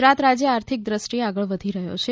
ગુજરાત રાજ્ય આર્થિક દ્રષ્ટિએ આગળ વધી રહ્યો છે